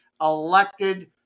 elected